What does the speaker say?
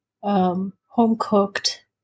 home-cooked